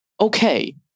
Okay